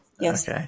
Yes